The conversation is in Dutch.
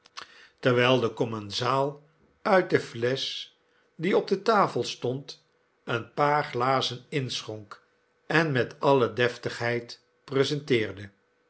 terwijl de commensaal uit de flesch die op de tafel stond een paar glazen inschonk en met alle deftigheid presenteerde